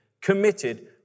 committed